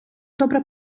добре